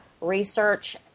research